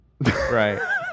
Right